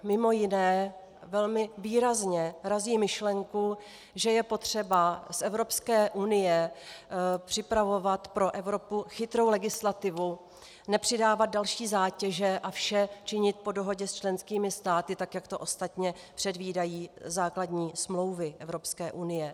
JeanClaude Juncker mimo jiné velmi výrazně razí myšlenku, že je potřeba z Evropské unie připravovat pro Evropu chytrou legislativu, nepřidávat další zátěže a vše činit po dohodě s členskými státy, tak jak to ostatně předvídají základní smlouvy Evropské unie.